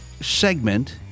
segment